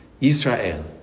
Israel